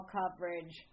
coverage